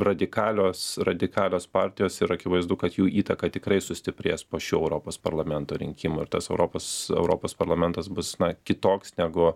radikalios radikalios partijos ir akivaizdu kad jų įtaka tikrai sustiprės po šių europos parlamento rinkimų ir tas europos europos parlamentas bus na kitoks negu